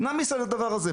נעמיס על הדבר הזה.